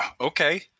okay